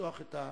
לפתוח את הדיון.